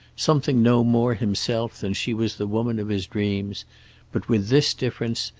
something no more himself than she was the woman of his dreams but with this difference,